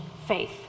faith